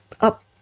up